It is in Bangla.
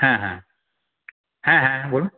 হ্যাঁ হ্যাঁ হ্যাঁ হ্যাঁ বলুন